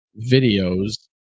videos